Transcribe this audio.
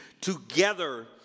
together